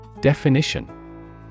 Definition